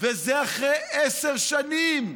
וזה אחרי עשר שנים.